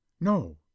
No